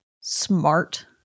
smart